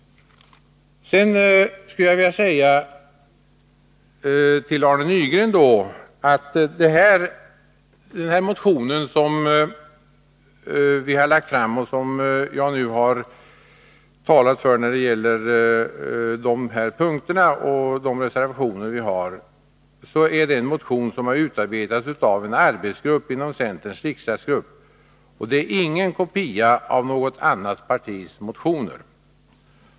Till Arne Nygren vill jag säga att den motion som jag nu har talat för har utarbetats av en arbetsgrupp inom centerns riksdagsgrupp. Det är ingen kopia av något annat partis motion.